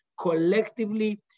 collectively